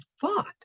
thought